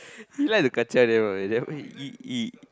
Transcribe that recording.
you like to kacau them ah you damn e~ e~ e~